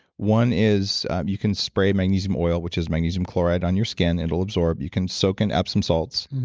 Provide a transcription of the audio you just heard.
one is you can spray magnesium oil, which is magnesium chloride on your skin. it'll absorb. you can soak in epsom salts.